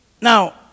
Now